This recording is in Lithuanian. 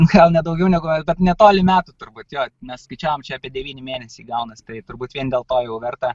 gal ne daugiau negu netoli metų turbūt jo nes skaičiavom čia apie devyni mėnesiai gaunasi tai turbūt vien dėl to jau verta